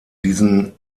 diesen